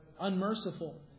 unmerciful